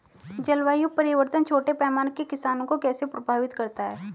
जलवायु परिवर्तन छोटे पैमाने के किसानों को कैसे प्रभावित करता है?